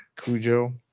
Cujo